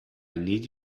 need